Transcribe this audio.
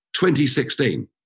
2016